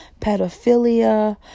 pedophilia